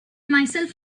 myself